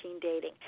dating